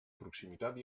proximitat